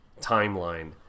timeline